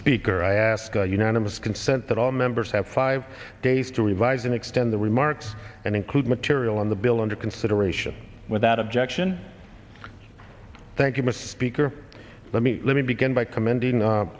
speaker i ask unanimous consent that all members have five days to revise and extend their remarks and include material in the bill under consideration without objection thank you mr speaker let me let me begin by commending